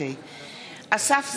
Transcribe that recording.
אסף זמיר,